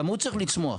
גם הוא צריך לצמוח,